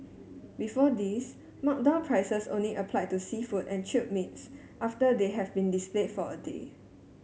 before this marked down prices only applied to seafood and chilled meats after they have been displayed for a day